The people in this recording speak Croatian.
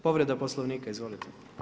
Povreda poslovnika, izvolite.